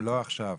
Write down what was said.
לא עכשיו.